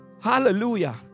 Hallelujah